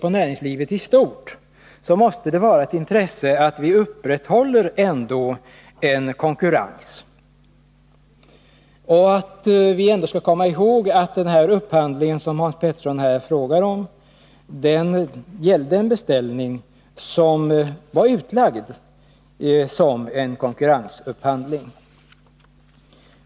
För näringslivet i stort måste det vara ett intresse att vi upprätthåller konkurrensen. Den upphandling som Hans Petersson i Hallstahammar frågar om var utlagd som en konkurrensupphandling.